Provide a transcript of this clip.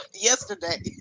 yesterday